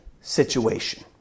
situation